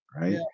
right